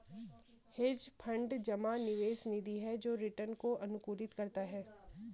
hedge fund जमा निवेश निधि है जो रिटर्न को अनुकूलित करता है